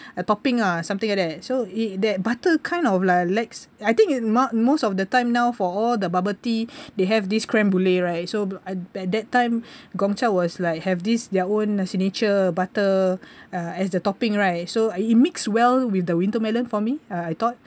uh topping ah something like that so it that butter kind of like let's I think it most of the time now for all the bubble tea they have this creme brulee right so at that time Gongcha was like have this their own uh signature butter uh as the topping right so it mix well with the winter melon for me uh I thought